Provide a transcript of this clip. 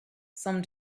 some